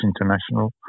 International